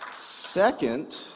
Second